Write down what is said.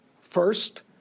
First